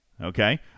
okay